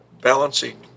balancing